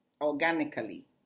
organically